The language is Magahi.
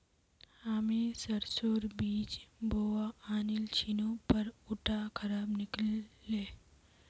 हामी सरसोर बीज बोवा आनिल छिनु पर उटा खराब निकल ले